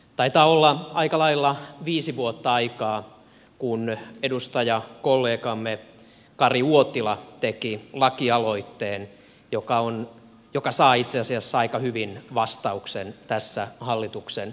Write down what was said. taitaa olla aika lailla viisi vuotta aikaa kun edustajakollegamme kari uotila teki lakialoitteen joka saa itse asiassa aika hyvin vastauksen tässä hallituksen esityksessä